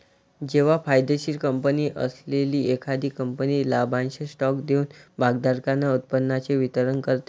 जेव्हा फायदेशीर कंपनी असलेली एखादी कंपनी लाभांश स्टॉक देऊन भागधारकांना उत्पन्नाचे वितरण करते